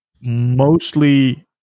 mostly